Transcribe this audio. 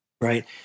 Right